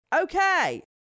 Okay